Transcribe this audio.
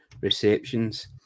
receptions